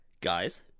Guys